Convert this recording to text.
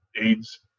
aids